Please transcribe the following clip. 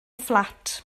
fflat